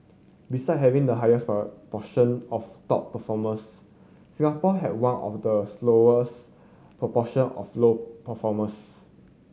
beside having the highest proportion of top performers Singapore have one of the smallest proportion of low performers